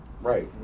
Right